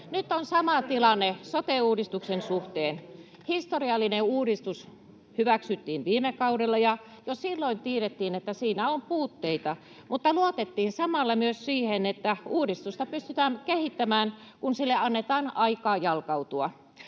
Nyt on sama tilanne sote-uudistuksen suhteen. Historiallinen uudistus hyväksyttiin viime kaudella, ja jo silloin tiedettiin, että siinä on puutteita, mutta luotettiin samalla myös siihen, että uudistusta pystytään kehittämään, kun sille annetaan aikaa jalkautua.